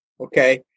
Okay